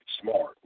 Smart